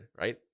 right